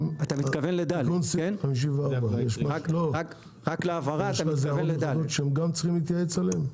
יש לך הערות אחרות שהם גם צריכים להתייעץ עליהם?